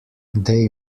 they